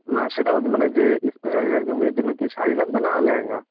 না সেটা বলি নি মানে যে এস্পেশালি যার জন্য মেয়ের জন্য কি শাড়ি লাগবে না ল্যাহেঙ্গা